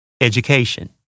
education